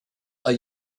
are